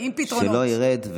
שלא ירד,